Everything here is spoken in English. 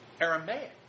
Aramaic